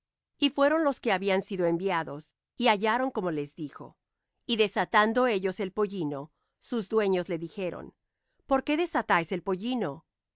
y fueron los que habían sido enviados y hallaron como les dijo y desatando ellos el pollino sus dueños les dijeron por qué desatáis el pollino